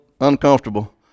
uncomfortable